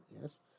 Yes